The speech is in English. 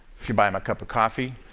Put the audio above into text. if you buy them a cup of coffee,